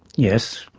yes,